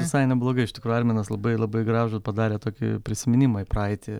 visai neblogai iš tikrųjų arminas labai labai gražų padarė tokį prisiminimą į praeitį